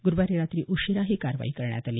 ग्रुवारी रात्री उशीराही कारवाई करण्यात आली